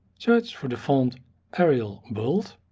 search for the font arial bold,